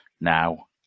now